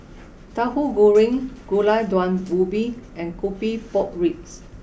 Tauhu Goreng Gulai Daun Ubi and Coffee Pork Ribs